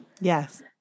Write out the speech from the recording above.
Yes